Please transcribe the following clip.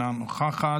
אינה נוכחת,